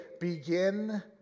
begin